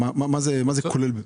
מה זה כולל?